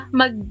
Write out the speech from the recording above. mag